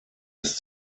ist